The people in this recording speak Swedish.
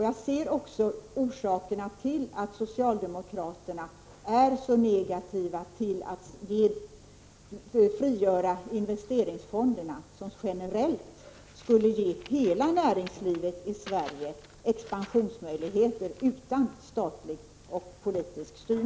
Jag ser också orsakerna till att socialdemokraterna är så negativa som de är till att frigöra investeringsfonderna, som generellt skulle ge hela näringslivet i Sverige expansionsmöjligheter utan statlig och politisk styrning.